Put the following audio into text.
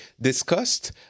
discussed